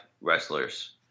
wrestlers